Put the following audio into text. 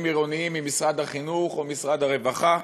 עירוניים במשרד החינוך או במשרד הרווחה?